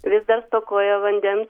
vis dar stokoja vandens